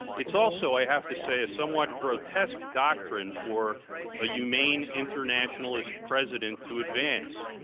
it's also, i have to say, a somewhat grotesque doctrine for a humane, internationalist president to advance.